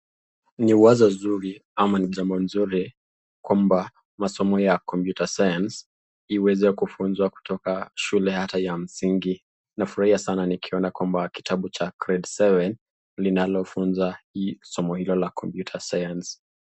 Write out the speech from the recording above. Ni wazo nzuri, ama ni jambo nzuri kwamba, masomo ya computer science , iweze kufunzwa shule hata ya msingi, nafurahia sana kuona kwamba kitabu cha grade seven , linalofunza hii somo hilo la computer science .